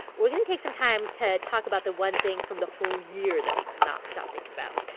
we're going to take some time to talk about the one thing from the whole year that we could not stop thinking about.